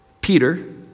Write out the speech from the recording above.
Peter